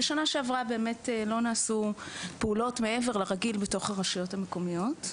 ובשנה שעברה לא נעשו פעולות מעבר לרגיל בתוך הרשויות המקומיות.